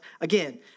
again